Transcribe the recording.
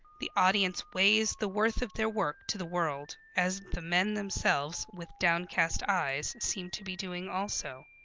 the audience weighs the worth of their work to the world as the men themselves with downcast eyes seem to be doing also.